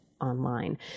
online